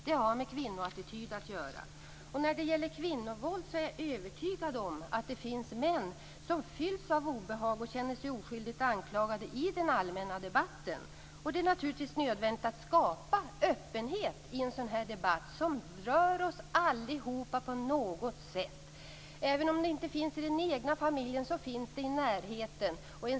Det har med kvinnoattityd att göra. Jag är övertygad om att det finns män som fylls av obehag och känner sig oskyldigt anklagade i den allmänna debatten om kvinnovåld. Det är naturligtvis nödvändigt att skapa öppenhet i en debatt som rör oss alla på något sätt. Även om det inte finns i den egna familjen, så finns det någonstans i närheten.